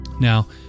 Now